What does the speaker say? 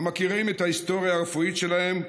המכירים את ההיסטוריה הרפואית שלהם,